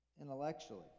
Intellectually